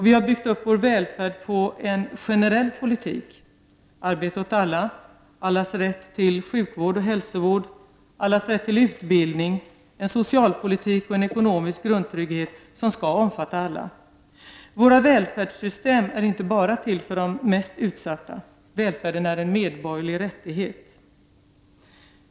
Vi har byggt upp vår välfärd på en generell politik: arbete åt alla, allas rätt till sjukvård och hälsovård, allas rätt till utbildning, en socialpolitik och en ekonomisk grundtrygghet som skall omfatta alla. Våra välfärdssystem är inte bara till för de mest utsatta — välfärden är en medborgerlig rättighet.